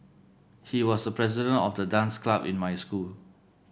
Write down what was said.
he was the president of the dance club in my school